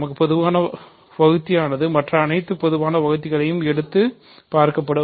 நமக்கு பொதுவான வகுத்தியனது மற்ற அனைத்து பொதுவான வகுத்திகளையும் எடுத்து பார்க்கவேண்டும்